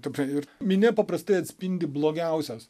ta prasme minia paprastai atspindi blogiausias